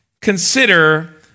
consider